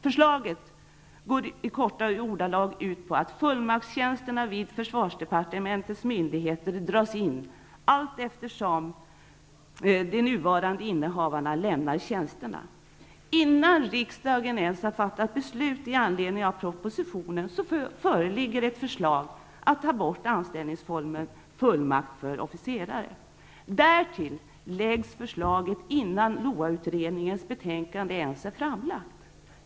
Förslaget går i korta ordalag ut på att fullmaktstjänsterna vid försvarsdepartementets myndigheter dras in allteftersom de nuvarande innehavarna lämnar tjänsterna. Innan riksdagen ens har fattat beslut i anledning av propositionen föreligger ett förslag att ta bort anställningsformen fullmakt för officerare. Därtill läggs förslaget fram innan LOA-utredningens betänkande ens har avgetts.